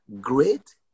great